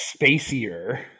spacier